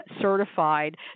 certified